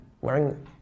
wearing